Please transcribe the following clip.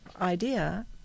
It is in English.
idea